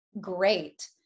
great